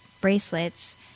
bracelets